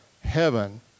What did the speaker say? heaven